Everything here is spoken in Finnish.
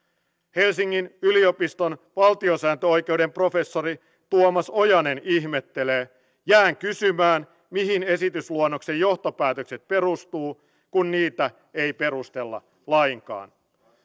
helsingin yliopiston valtiosääntöoikeuden professori tuomas ojanen ihmettelee jään kysymään mihin esitysluonnoksen johtopäätökset perustuvat kun niitä ei perustella lainkaan